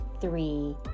three